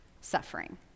suffering